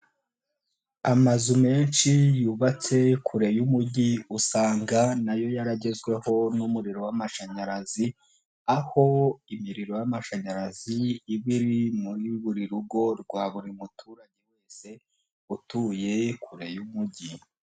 Amazu menshi yubatse kure y'umujyi, usanga nayo yaragezweho n'umuriro w'amashanyarazi, aho imiriro y'amashanyarazi uba uri muri buri rugo rwa buri muturage wese, utuye kure y'umujyi.